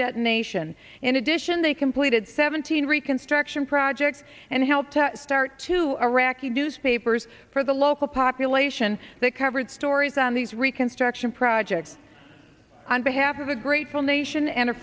detonation in addition they completed seventeen reconstruction projects and helped start two iraqi newspapers for the local population that covered stories on these reconstruction projects on behalf of a grateful nation and a